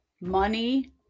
Money